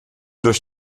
durch